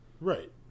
Right